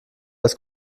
als